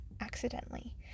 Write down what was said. accidentally